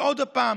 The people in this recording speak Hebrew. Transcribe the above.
ועוד פעם.